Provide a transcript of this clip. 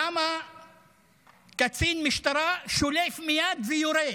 למה קצין משטרה שולף מייד ויורה,